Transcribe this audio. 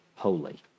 holy